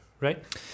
right